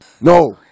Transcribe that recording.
No